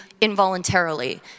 involuntarily